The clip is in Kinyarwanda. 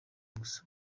gusa